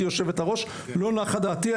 לא נחה דעתי.